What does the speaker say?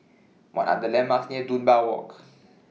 What Are The landmarks near Dunbar Walk